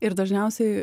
ir dažniausiai